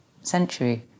century